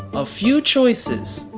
a few choices.